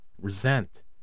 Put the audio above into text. resent